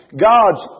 God's